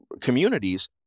Communities